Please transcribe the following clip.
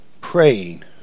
praying